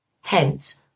Hence